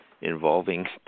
involving